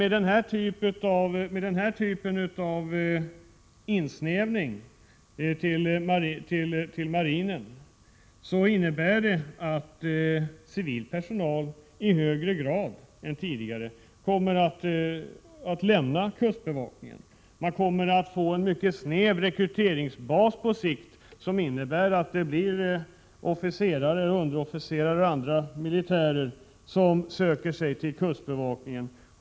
Den här närmare anknytningen till marinen kommer att innebära att civil personal i högre grad än tidigare lämnar kustbevakningen. Man kommer att få en mycket snäv rekryteringsbas på sikt, som innebär att det blir officerare, underofficerare och andra militärer som söker sig till kustbevakningen.